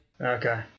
Okay